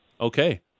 Okay